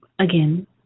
again